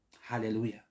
Hallelujah